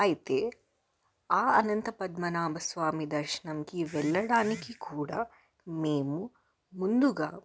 అయితే ఆఅనంత పద్మనాభ స్వామి దర్శనంకి వెళ్లడానికి కూడా మేము ముందుగా